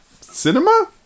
cinema